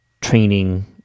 training